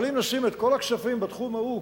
אבל אם נשים את כל הכספים בתחום ההוא,